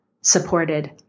supported